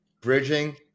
bridging